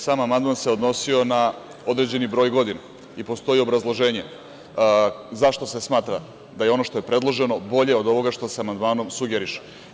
Sam amandman se odnosio na određeni broj godina i postoji obrazloženje zašto se smatra da je ono što je predloženo bolje od ovoga što se amandmanom sugeriše.